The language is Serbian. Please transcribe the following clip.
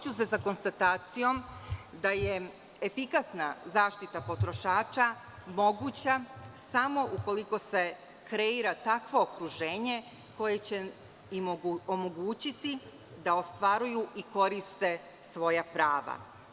se sa konstatacijom da je efikasna zaštita potrošača moguća samo ukoliko se kreira takvo okruženje koje će omogućiti da ostvaruju i koriste svoja prava.